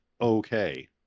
okay